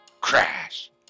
crash